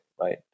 right